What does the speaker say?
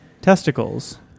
testicles